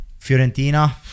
Fiorentina